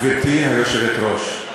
גברתי היושבת-ראש,